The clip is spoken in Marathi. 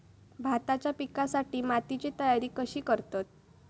भाताच्या पिकासाठी मातीची तयारी कशी करतत?